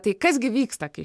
tai kas gi vyksta kai